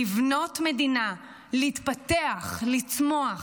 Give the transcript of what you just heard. לבנות מדינה, להתפתח, לצמוח.